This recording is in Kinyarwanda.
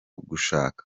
gushaka